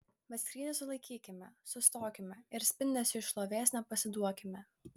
bet skrydį sulaikykime sustokime ir spindesiui šlovės nepasiduokime